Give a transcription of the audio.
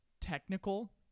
technical